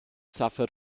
suffered